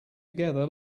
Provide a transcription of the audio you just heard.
together